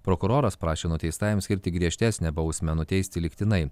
prokuroras prašė nuteistajam skirti griežtesnę bausmę nuteisti lygtinai